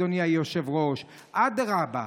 אדוני היושב-ראש: אדרבה,